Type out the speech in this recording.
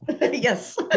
Yes